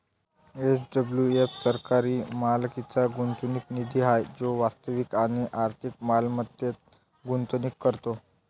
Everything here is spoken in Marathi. एस.डब्लू.एफ सरकारी मालकीचा गुंतवणूक निधी आहे जो वास्तविक आणि आर्थिक मालमत्तेत गुंतवणूक करतो